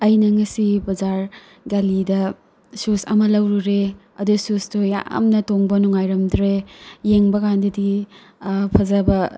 ꯑꯩꯅ ꯉꯁꯤ ꯕꯖꯥꯔ ꯒꯂꯤꯗ ꯁꯨꯁ ꯑꯃ ꯂꯧꯔꯨꯔꯦ ꯑꯗꯨ ꯁꯨꯁꯇꯣ ꯌꯥꯝꯅ ꯇꯣꯡꯕ ꯅꯨꯉꯥꯏꯔꯝꯗ꯭ꯔꯦ ꯌꯦꯡꯕꯀꯥꯟꯗꯗꯤ ꯐꯖꯕ